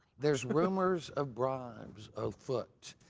there's rumors of bribe afoot.